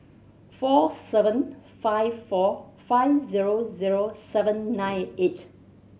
four seven five four five zero zero seven nine eight